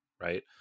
right